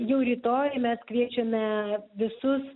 jau rytoj mes kviečiame visus